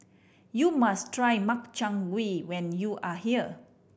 you must try Makchang Gui when you are here